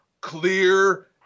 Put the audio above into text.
clear